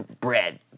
bread